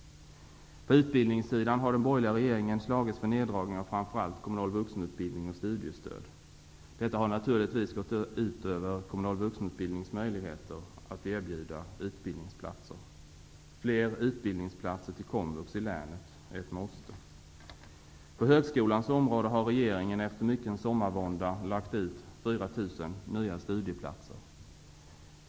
På utbildningssidan har den borgerliga regeringen slagits för neddragning av framför allt kommunal vuxenutbildning och studiestöd. Detta har naturligtvis gått ut över den kommunala vuxenutbildningens möjligheter att erbjuda utbildningsplatser. Fler utbildningsplatser till komvux i länet är ett måste! På högskolans område har regeringen efter mycken sommarvånda lagt ut 4 000 nya studieplatser.